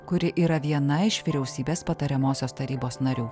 kuri yra viena iš vyriausybės patariamosios tarybos narių